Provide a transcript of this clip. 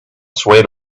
swayed